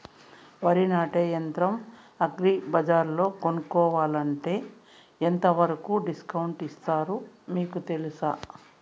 వరి నాటే యంత్రం అగ్రి బజార్లో కొనుక్కోవాలంటే ఎంతవరకు డిస్కౌంట్ ఇస్తారు మీకు తెలుసా?